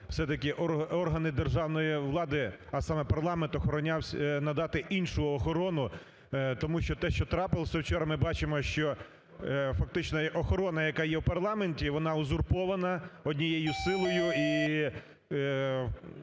все-таки органи державної влади, а саме парламент охоронявся... надати іншу охорону, тому що те, що трапилося вчора, ми бачимо, що фактично охорона, яка є в парламенті, вона узурпована однією силою, і